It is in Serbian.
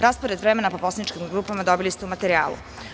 Raspored vremena po poslaničkim grupama dobili ste u materijalu.